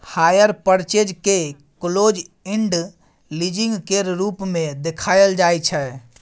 hire purchase केँ close end leasing केर रूप मे देखाएल जाइ छै